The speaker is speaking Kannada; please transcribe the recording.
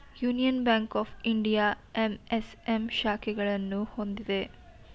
union bank of India MSM ಶಾಖೆಗಳನ್ನು ಹೊಂದಿದೆ